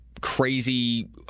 crazy